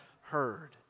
heard